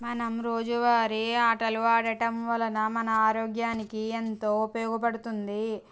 మనం రోజు వారి ఆటలు ఆడటం వలన మన ఆరోగ్యానికి ఎంతో ఉపయోగపడుతుంది